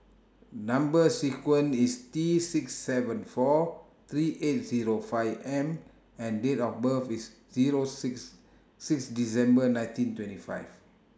Number sequence IS T six seven four three eight Zero five M and Date of birth IS Zero six six December nineteen twenty five